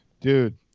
Dude